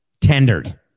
Tendered